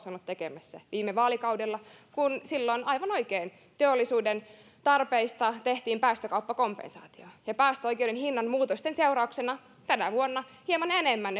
on ollut tekemässä viime vaalikaudella kun silloin aivan oikein teollisuuden tarpeista tehtiin päästökauppakompensaatio päästöoikeuden hinnanmuutosten seurauksena ne päästöoikeudet ovat maksaneet tänä vuonna hieman enemmän